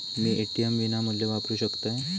मी ATM विनामूल्य वापरू शकतय?